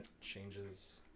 changes